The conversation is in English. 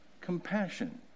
compassion